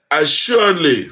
Assuredly